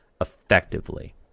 effectively